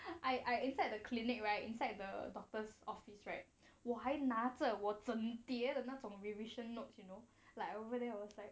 I I inside the clinic right inside the doctor's office right 我还拿着我整叠的那种 revision notes you know like over there I was like